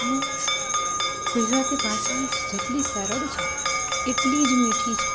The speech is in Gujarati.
અને ગુજરાતી ભાષા એ જેટલી સરળ છે એટલી જ મીઠી છે